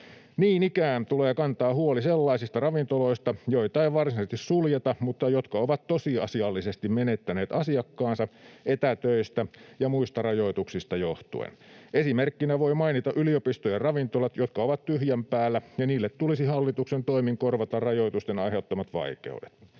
Niin ikään tulee kantaa huoli sellaisista ravintoloista, joita ei varsinaisesti suljeta mutta jotka ovat tosiasiallisesti menettäneet asiakkaansa etätöistä ja muista rajoituksista johtuen. Esimerkkinä voi mainita yliopistojen ravintolat, jotka ovat tyhjän päällä. Niille tulisi hallituksen toimin korvata rajoitusten aiheuttamat vaikeudet.